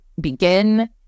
begin